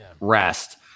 rest